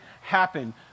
happen